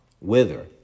wither